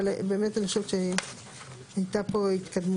אבל באמת אני חושבת שהייתה פה התקדמות.